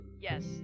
yes